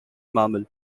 mammals